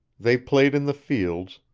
they played in the fields,